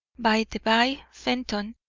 by the by, fenton,